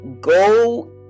go